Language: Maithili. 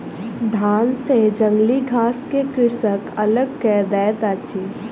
धान सॅ जंगली घास के कृषक अलग कय दैत अछि